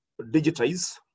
digitize